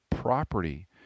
Property